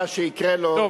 מה שיקרה לו,